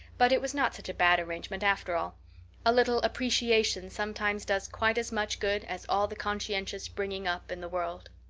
but it was not such a bad arrangement after all a little appreciation sometimes does quite as much good as all the conscientious bringing up in the world.